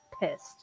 pissed